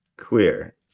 Queer